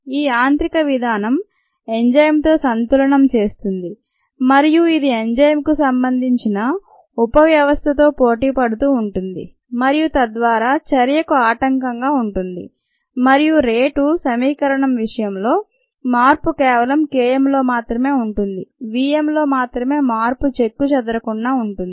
ఈ యాంత్రిక విధానం ఎంజైమ్ తో సంతులనం చేస్తుంది మరియు ఇది ఎంజైమ్ కు సంబంధించిన ఉపవ్యవస్థతో పోటీపడుతూ ఉంటుంది మరియు తద్వారా చర్య కు ఆటంకం గా ఉంటుంది మరియు రేటు సమీకరణం విషయంలో మార్పు కేవలం K mలో మాత్రమే ఉంటుంది v m లో మాత్రమే మార్పు చెక్కుచెదరకుండా ఉంటుంది